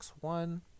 One